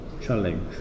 challenge